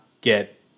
get